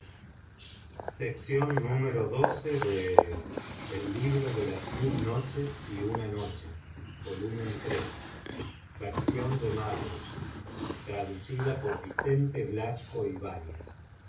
el libro de las mil noches y una noche traducción directa y literal del árabe por